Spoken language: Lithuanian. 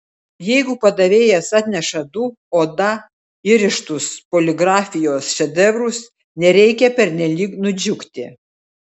jeigu padavėjas atneša du oda įrištus poligrafijos šedevrus nereikia pernelyg nudžiugti